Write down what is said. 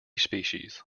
species